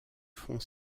front